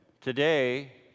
today